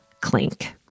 clink